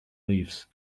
leaves